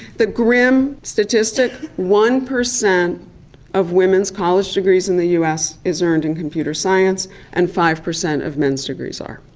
the grim statistic, one percent of women's college degrees in the us is earned in computer science and five percent of men's degrees are.